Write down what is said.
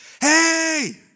Hey